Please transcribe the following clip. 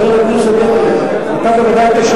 חבר הכנסת אדרי, אתה תדבר, אני